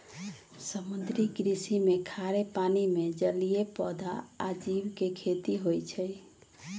समुद्री कृषि में खारे पानी में जलीय पौधा आ जीव के खेती होई छई